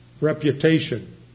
Reputation